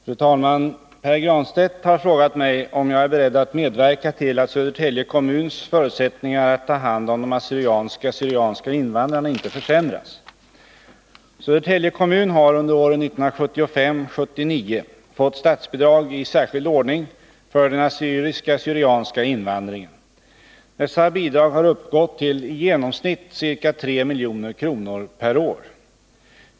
Fru talman! Pär Granstedt har frågat mig om jag är beredd att medverka till att Södertälje kommuns förutsättningar att ta hand om de assyriska syrianska invandringen. Dessa bidrag har uppgått till i genomsnitt ca 3 milj.kr. per år.